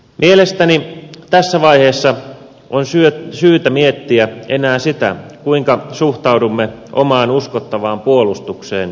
mielestäni tässä vaiheessa on syytä miettiä enää sitä kuinka suhtaudumme omaan uskottavaan puolustukseen ylipäätään